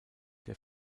der